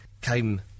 came